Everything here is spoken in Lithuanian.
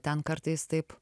ten kartais taip